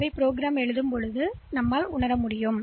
எனவே இது ப்ரோக்ராம்ன் உடல் என்றால் நாம் எந்த மொழியிலும்